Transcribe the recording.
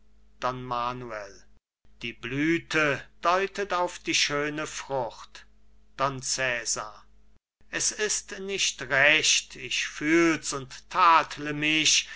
don manuel die blüthe deutet auf die schöne frucht don cesar es ist nicht recht ich fühl's und tadle mich